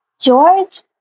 George